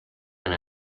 and